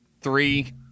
three